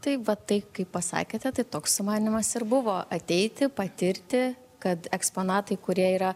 taip va tai kaip pasakėte tai toks sumanymas ir buvo ateiti patirti kad eksponatai kurie yra